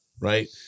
Right